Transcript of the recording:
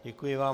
Děkuji vám.